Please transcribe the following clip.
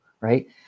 right